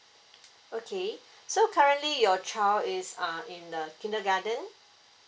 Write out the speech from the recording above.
okay so currently your child is ah in the kindergarten